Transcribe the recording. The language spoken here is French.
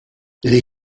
les